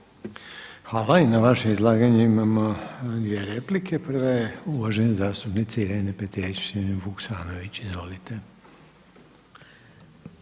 Hvala. I na vaše izlaganje imamo dvije replike. Prva je uvažene zastupnice Irene Petrijevčanin-Vuksanović. Izvolite.